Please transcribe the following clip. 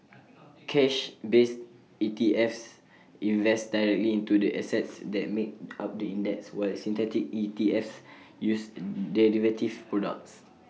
cash based ETFs invest directly into the assets that make up the index while synthetic ETFs use derivative products